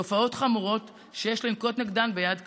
תופעות חמורות שיש לפעול נגדן ביד קשה.